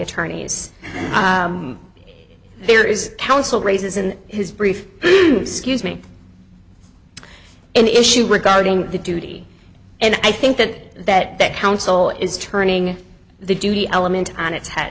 attorneys there is counsel raises in his brief excuse me an issue regarding the duty and i think that that that counsel is turning the duty element on its head